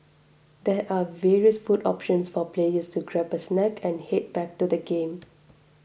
there are various food options for players to grab a snack and head back to the game